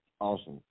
awesome